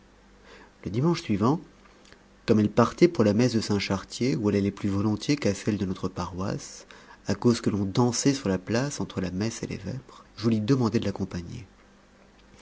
le dimanche ensuivant comme elle partait pour la messe de saint chartier où elle allait plus volontiers qu'à celle de notre paroisse à cause que l'on dansait sur la place entre la messe et les vêpres je lui demandai de l'accompagner